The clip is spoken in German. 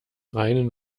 reinen